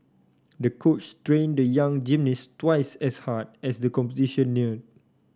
the coach trained the young gymnast twice as hard as the competition neared